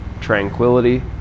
tranquility